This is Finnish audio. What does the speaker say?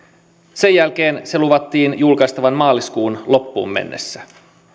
sen jälkeen se luvattiin julkistaa maaliskuun loppuun mennessä